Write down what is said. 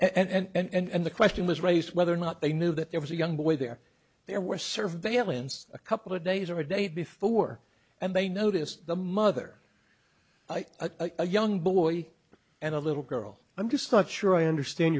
i and the question was raised whether or not they knew that there was a young boy there there were surveillance a couple of days or days before and they noticed the mother young boy and a little girl i'm just not sure i understand